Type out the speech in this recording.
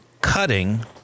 cutting